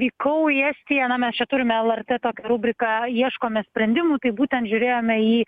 vykau į estiją na mes čia turime lrt tokią rubriką ieškome sprendimų tai būtent žiūrėjome į